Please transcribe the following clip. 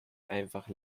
einfach